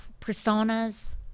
personas